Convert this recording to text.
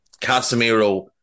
Casemiro